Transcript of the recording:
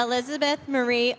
elizabeth marie